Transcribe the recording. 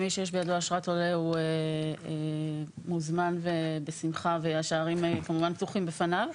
מי שיש בידו אשרת עולה מוזמן בשמחה והשערים פתוחים בפניו.